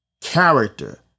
character